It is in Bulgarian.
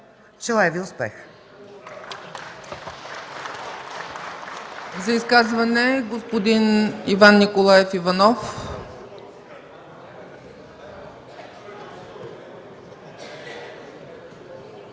Желая Ви успех!